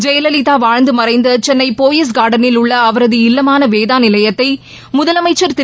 ஜெயலலிதா வாழ்ந்து மறைந்த சென்னை போயஸ் னர்டனில் உள்ள அவரது இல்லமான வேதா நிலையத்தை முதலமம்சர் திரு